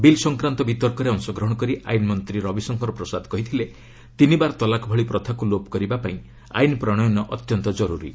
bill ସଂକ୍ରାନ୍ତ ବିତର୍କରେ ଅଂଶଗ୍ରହଣ କରି ଆଇନ୍ମନ୍ତ୍ରୀ ରବିଶଙ୍କର ପ୍ରସାଦ କହିଥିଲେ ତିନିବାର ତଲାକ ଭଳି ପ୍ରଥାକୁ ଲୋପ କରିବା ପାଇଁ ଆଇନ୍ ପ୍ରଣୟନ ଅତ୍ୟନ୍ତ ଜରୁରୀ